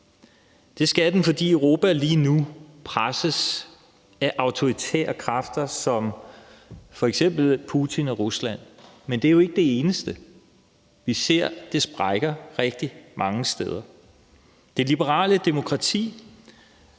Det skal den, fordi Europa lige nu presses af autoritære kræfter som f.eks. Putin og Rusland. Men det er jo ikke det eneste; vi ser, at det sprækker rigtig mange steder. Det liberale demokrati,